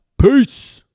Peace